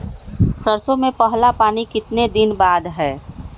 सरसों में पहला पानी कितने दिन बाद है?